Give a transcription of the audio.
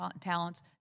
talents